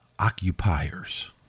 occupiers